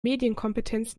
medienkompetenz